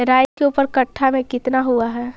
राई के ऊपर कट्ठा में कितना हुआ है?